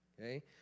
okay